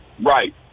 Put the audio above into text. Right